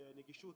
הנגישות,